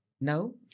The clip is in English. no